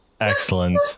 Excellent